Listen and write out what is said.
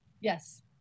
Yes